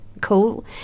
cool